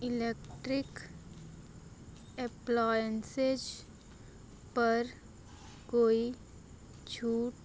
electric appliances पर कोई छूट